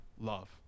love